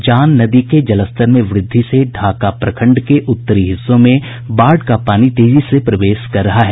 जान नदी के जलस्तर में वृद्धि से ढ़ाका प्रखंड के उत्तरी हिस्सों में बाढ़ का पानी तेजी से प्रवेश कर रहा है